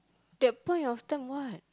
that point of time what